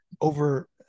over